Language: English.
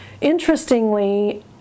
Interestingly